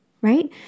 right